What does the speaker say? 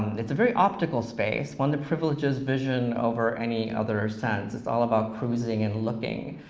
it's a very optical space, one that privileges vision over any other sense. it's all about cruising and looking,